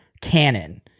canon